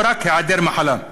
לא רק היעדר מחלה.